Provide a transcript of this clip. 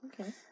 Okay